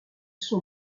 sont